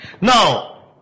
Now